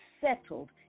settled